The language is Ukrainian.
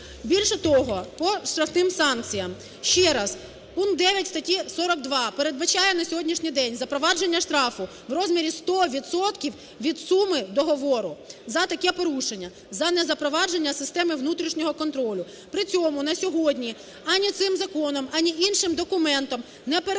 Більше того, по штрафним санкціям, ще раз, пункт 9 статті 42 передбачає на сьогоднішній день запровадження штрафу в розмірі 100 відсотків від суми договору за таке порушення, за незапровадження системи внутрішнього контролю. При цьому на сьогоднішні ані цим законом, ані іншим документом не передбачені